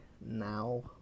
now